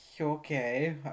Okay